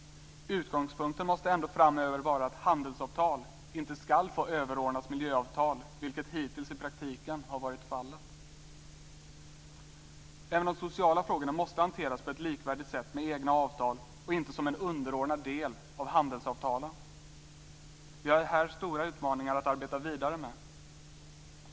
Utgångspunkten måste ändå framöver vara att handelsavtal inte ska få överordnas miljöavtal, vilket hittills i praktiken varit fallet. Även de sociala frågorna måste hanteras på ett likvärdigt sätt med egna avtal och inte som en underordnad del av handelsavtalen. Vi har här stora utmaningar att arbeta vidare med.